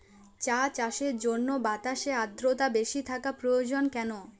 চা চাষের জন্য বাতাসে আর্দ্রতা বেশি থাকা প্রয়োজন কেন?